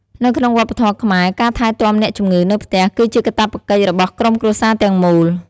នៅក្នុងវប្បធម៌ខ្មែរ ការថែទាំអ្នកជំងឺនៅផ្ទះគឺជាកាតព្វកិច្ចរបស់ក្រុមគ្រួសារទាំងមូល។